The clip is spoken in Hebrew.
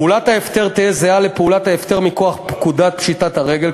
פעולת ההפטר תהיה זהה לפעולת ההפטר מכוח פקודת פשיטת הרגל,